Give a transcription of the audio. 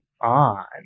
on